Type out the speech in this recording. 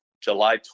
July